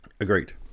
Agreed